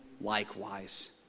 likewise